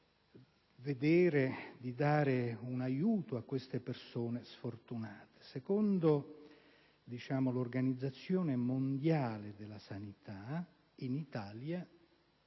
cercare di dare un aiuto a queste persone sfortunate. Secondo l'Organizzazione mondiale della sanità, le